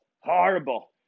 horrible